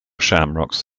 shamrocks